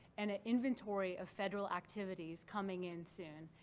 and an inventory of federal activities coming in soon.